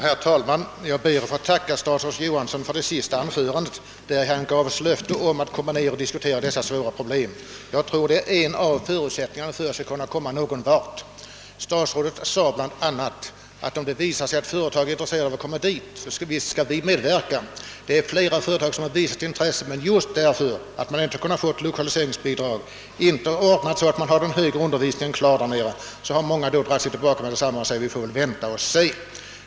Herr talman! Jag ber att få tacka statsrådet Johansson för att han i sitt senaste anförande lovade oss att han skulle komma ned och diskutera dessa svåra problem. Jag tror att en sådan diskussion är en av förutsättningarna för att vi skall komma någon vart. Statsrådet sade bl.a., att om företag är intresserade av lokalisering till Österlen, så visst skall staten medverka. Jag vill då framhålla att flera företag har visat intresse, men just därför att de inte kunnat få lokaliseringsbidrag och därför att den högre undervisningen inte varit ordnad, så har företagen dragit sig tillbaka och sagt: Vi får väl vänta och se.